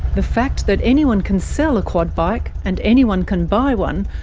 the fact that anyone can sell a quad bike, and anyone can buy one,